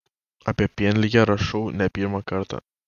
apie pienligę rašau ne pirmą kartą